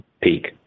peak